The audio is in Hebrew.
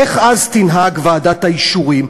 איך אז תנהג ועדת האישורים?